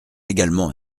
également